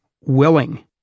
willing